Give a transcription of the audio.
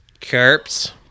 Carps